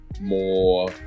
more